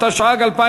33